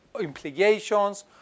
implications